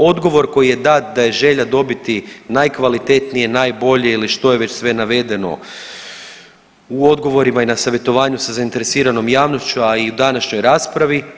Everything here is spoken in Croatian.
Odgovor koji je dat da je želja dobiti najkvalitetnije, najbolje ili što je već sve navedeno u odgovorima i na savjetovanju sa zainteresiranom javnošću, a i u današnjoj raspravi.